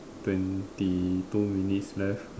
twenty two minutes left